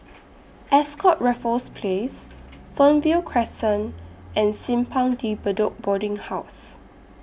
Ascott Raffles Place Fernvale Crescent and Simpang De Bedok Boarding House